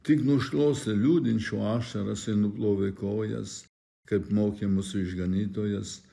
tik nušluostė liūdinčio ašaras ir nuplovė kojas kaip mokė mus išganytojas